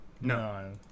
no